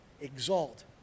Exalt